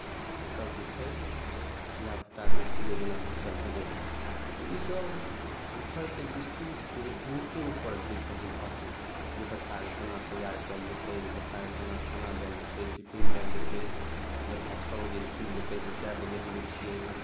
हँ ईसब जे छै धिआपूताके इसकुले जेना भिनसर भेजैके छै तऽ ई सब घरके स्त्री छथिन हुनके ऊपर ईसब निर्भर छै जे बच्चाके केना तैआर कयल जेतै बच्चाके केना खाना देल जेतै टिफिन दैल जेतै बच्चा छओ बजे इसकुल जेतै तऽ कै बजे हम उठिए